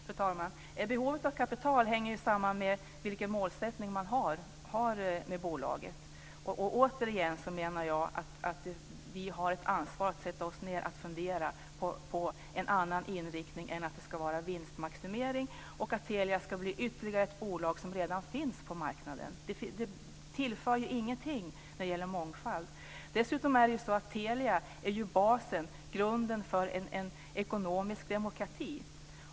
Fru talman! Behovet av kapital hänger ju samman med vilken målsättning man har med bolaget. Återigen menar jag att vi har ett ansvar att sätta oss ned och fundera på en annan inriktning än vinstmaximering och att Telia ska bli ytterligare ett sådant bolag som redan finns på marknaden. Det tillför ju ingenting när det gäller mångfald. Dessutom är det ju så att Telia är basen, grunden för en ekonomisk demokrati.